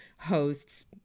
hosts